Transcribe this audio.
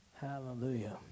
Hallelujah